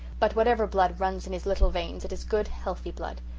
but whatever blood runs in his little veins it is good, healthy blood.